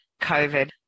COVID